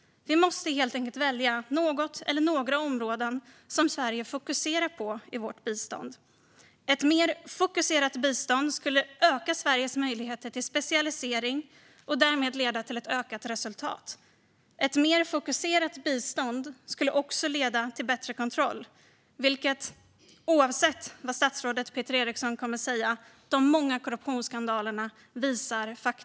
Vi måste helt enkelt välja något eller några områden som Sverige fokuserar på i vårt bistånd. Ett mer fokuserat bistånd skulle öka Sveriges möjligheter till specialisering och därmed leda till ett ökat resultat. Ett mer fokuserat bistånd skulle också leda till bättre kontroll, vilket, oavsett vad statsrådet Peter Eriksson kommer att säga, faktiskt behövs. Det visar de många korruptionsskandalerna. Fru talman!